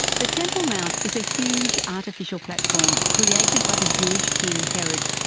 the temple mount is a huge artificial platform created by the jewish king herod.